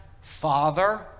Father